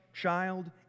child